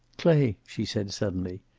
clay, she said suddenly,